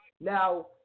Now